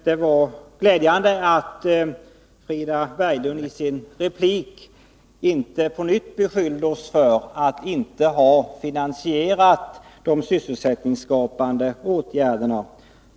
Det var glädjande att Frida Berglund i sin replik inte på nytt beskyllde oss för att inte ha finansierat de sysselsättningsskapande åtgärderna.